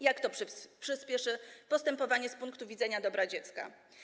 Jak to przyspieszy postępowanie z punktu widzenia dobra dziecka?